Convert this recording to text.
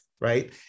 right